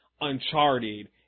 Uncharted